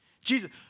Jesus